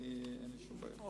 אין לי שום בעיה.